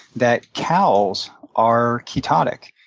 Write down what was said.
that cows are ketotic,